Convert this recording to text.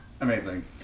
Amazing